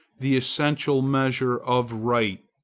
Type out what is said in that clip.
the essential measure of right.